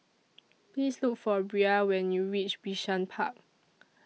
Please Look For Bria when YOU REACH Bishan Park